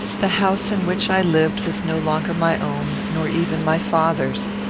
the house in which i lived was no longer my own, nor even my father's.